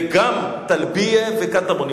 וגם טלביה וקטמון.